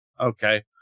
Okay